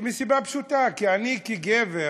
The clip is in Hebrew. הסיבה פשוטה: אני כגבר,